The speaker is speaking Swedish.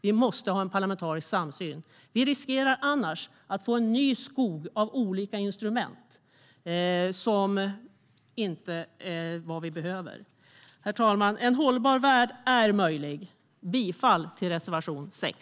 Vi måste ha en parlamentarisk samsyn. Vi riskerar annars att få en ny skog av olika instrument som inte är vad vi behöver. Herr talman! En hållbar värld är möjlig. Jag yrkar bifall till reservation 6.